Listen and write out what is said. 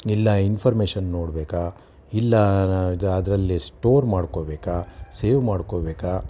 ಇಲ್ಲ ಇನ್ಫಾರ್ಮೇಶನ್ ನೋಡಬೇಕಾ ಇಲ್ಲ ಅದರಲ್ಲಿ ಸ್ಟೋರ್ ಮಾಡ್ಕೊಬೇಕಾ ಸೇವ್ ಮಾಡ್ಕೋಬೇಕಾ